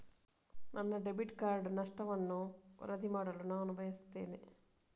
ನನ್ನ debit card ನಷ್ಟವನ್ನು ವರದಿ ಮಾಡಲು ನಾನು ಬಯಸ್ತೆನೆ